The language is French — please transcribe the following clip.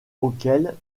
auquel